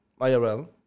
IRL